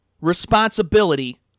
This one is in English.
responsibility